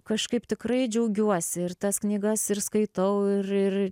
kažkaip tikrai džiaugiuosi ir tas knygas ir skaitau ir ir